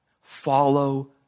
Follow